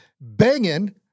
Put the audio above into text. banging